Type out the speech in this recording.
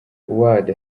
ward